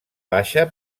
baixa